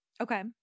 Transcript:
okay